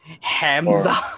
Hamza